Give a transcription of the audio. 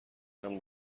امن